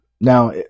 Now